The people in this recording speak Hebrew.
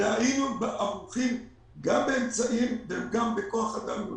והיינו ערוכים גם באמצעים וגם בכוח אדם.